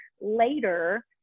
later